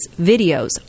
videos